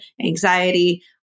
anxiety